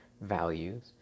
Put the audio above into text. values